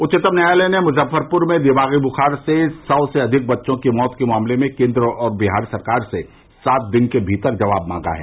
उच्चतम न्यायालय ने मुजफ्फरपुर में दिमागी बुखार से सौ से अधिक बच्चों की मौत के मामले में केन्द्र और बिहार सरकार से सात दिन के भीतर जवाब मांगा है